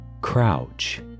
crouch